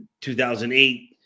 2008